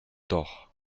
doch